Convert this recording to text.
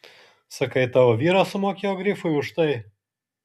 sakai tavo vyras sumokėjo grifui už tai